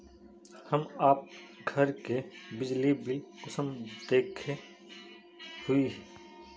हम आप घर के बिजली बिल कुंसम देखे हुई?